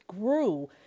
grew